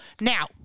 Now